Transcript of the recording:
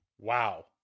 Wow